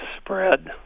spread